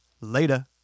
Later